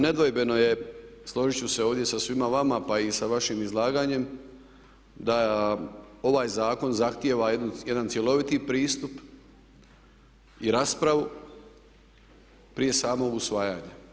Nedvojbeno je, složit ću se ovdje sa svima vama pa i sa vašim izlaganjem da ovaj zakon zahtjeva jedan cjeloviti pristup i raspravu prije samog usvajanja.